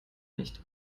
nicht